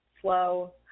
slow